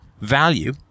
value